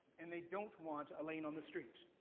and they don't want a lane on the street.